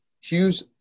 Hughes